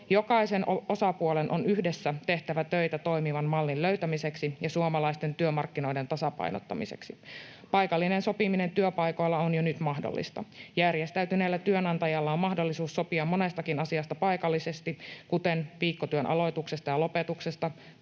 Jokaisen osapuolen on yhdessä tehtävä töitä toimivan mallin löytämiseksi ja suomalaisten työmarkkinoiden tasapainottamiseksi. Paikallinen sopiminen työpaikoilla on jo nyt mahdollista. Järjestäytyneellä työnantajalla on mahdollisuus sopia monestakin asiasta paikallisesti, kuten viikkotyön aloituksesta ja lopetuksesta,